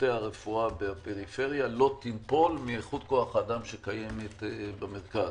שירותי הרפואה בפריפריה לא תיפול מאיכות כוח האדם שקיימת במרכז.